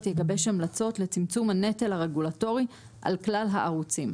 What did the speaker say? יגבש המלצות לצמצום הנטל הרגולטורי על כלל הערוצים'.